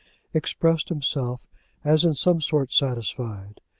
expressed himself as in some sort satisfied.